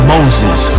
Moses